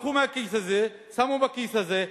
לקחו מהכיס הזה ושמו בכיס הזה.